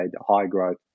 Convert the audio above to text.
high-growth